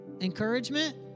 Encouragement